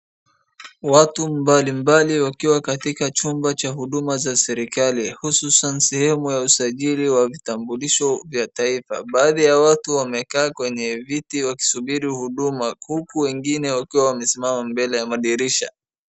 Watu mbalimbali wakiwa katika chumba cha huduma za serikali hususana sehemu ya usajili wa vitambulisho vya taifa. Baadhi ya watu wamekaa kwenye viti wakisubiri huduma huku wengine wakiwa wamesimama mbele ya madirisha.